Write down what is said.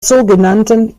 sogenannten